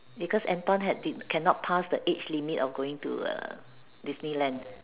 because Anton had been cannot pass the age limit of going to err Disneyland